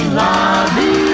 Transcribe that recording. lobby